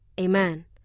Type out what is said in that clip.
Amen